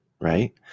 right